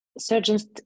surgeons